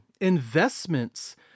investments